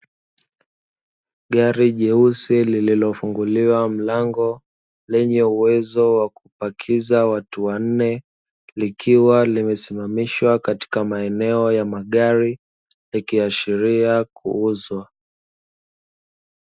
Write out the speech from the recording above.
Gari jeusi lililofunguliwa mlango, lenye uwezo wa kupakiza watu wanne, likiwa limesimamishwa katika maeneo ya magari, likiashiria kuuzwa.